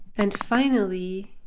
and finally,